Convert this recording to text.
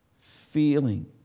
feeling